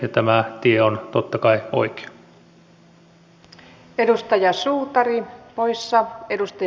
ja tämä tie on totta kai oikea